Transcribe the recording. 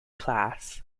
class